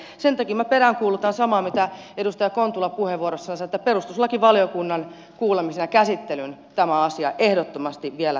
sen takia minä peräänkuulutan samaa mitä edustaja kontula puheenvuorossaan että perustuslakivaliokunnan kuulemisen ja käsittelyn tämä asia ehdottomasti vielä tarvitsisi